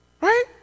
right